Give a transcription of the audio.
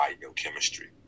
biochemistry